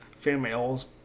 females